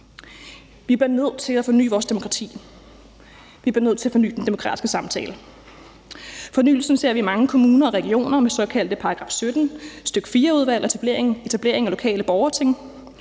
bliver nødt til at forny vores demokrati. Vi bliver nødt til at forny den demokratiske samtale. Fornyelsen ser vi i mange kommuner og regioner med såkaldte § 17, stk. 4-udvalg og etablering af lokale borgerting.